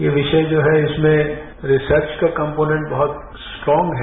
यह विषयजो है इसमें रिसर्च का कम्पोनेंट बहत स्ट्रोंग है